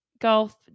golf